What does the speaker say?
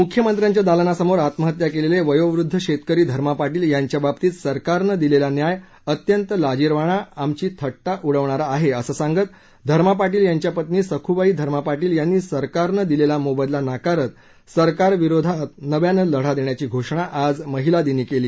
मुख्यमंत्र्यांच्या दालनासमोर आत्महत्या केलेले वयोवृध्द शेतकरी धर्मा पाटील यांच्याबाबतीत सरकारनं दिलेला न्याय अत्यंत लाजिरवाणा आमची थट्टा उडवणारा आहे असं सांगत धर्मा पाटील यांच्या पत्नी सखुबाई धर्मा पाटील यांनी सरकारनं दिलेला मोबदला नाकारत सरकारविरुध्द नव्यानं लढा देण्याची घोषणा आज महिला दिनी केली